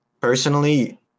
Personally